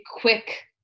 quick